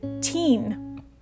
teen